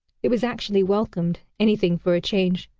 it was actually welcomed anything for a change!